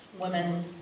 women